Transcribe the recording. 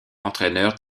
entraîneur